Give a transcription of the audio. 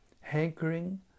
hankering